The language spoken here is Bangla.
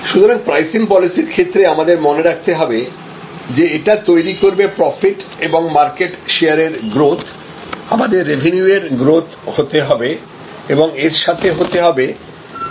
সুতরাং প্রাইসিং পলিসির ক্ষেত্রে আমাদের মনে রাখতে হবে যে এটা তৈরি করবে প্রফিট এবং মার্কেট শেয়ার এর গ্রোথ আমাদের রেভিনিউ এর গ্রোথ হতে হবে এবং তার সাথে হতে হবে প্রফিটেবিলিটির গ্রোথ